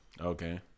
Okay